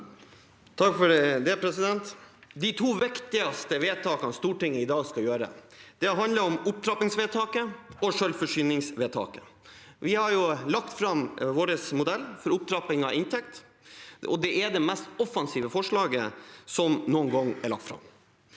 Nordlund (Sp) De to viktigste vedtakene Stortinget i dag skal gjøre, handler om opptrappingsvedtaket og selvforsyningsvedtaket. Vi har lagt fram vår modell for opptrapping av inntekt, og det er det mest offensive forslaget som noen gang er lagt fram.